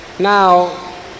now